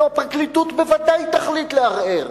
הלוא הפרקליטות בוודאי תחליט לערער,